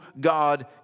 God